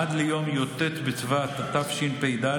עד ליום י"ט בטבת התשפ"ד,